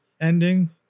ending